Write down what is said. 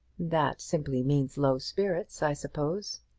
that simply means low spirits, i suppose?